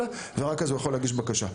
ורק אז הוא יוכל להגיש בקשה.